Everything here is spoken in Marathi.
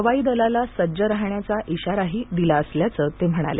हवाई दलाला सज्ज राहण्याचा इशाराही दिला असल्याचं ते म्हणाले